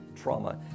trauma